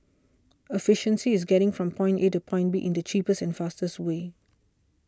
efficiency is getting from point A to point B in the cheapest and fastest way